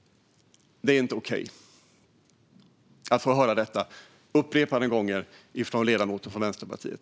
Det är inte okej att få höra detta upprepade gånger från ledamoten från Vänsterpartiet.